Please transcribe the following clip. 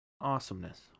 awesomeness